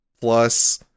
plus